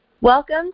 Welcome